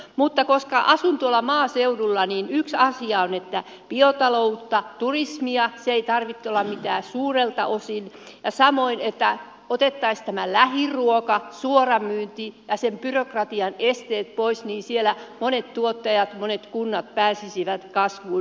mutta koska asun tuolla maaseudulla niin yksi asia on biotalous turismi sen ei tarvitse olla mitään suurelta osin ja se että otettaisiin tämä lähiruoka suoramyynti ja otettaisiin sen byrokratian esteet pois niin että siellä monet tuottajat monet kunnat pääsisivät kasvuun